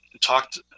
talked